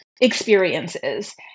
experiences